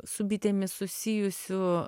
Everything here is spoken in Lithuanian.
su bitėmis susijusių